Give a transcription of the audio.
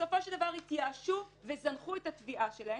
ובסופו של דבר הן התייאשו וזנחו את התביעה שלהן.